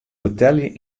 betelje